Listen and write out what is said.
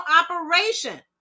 operation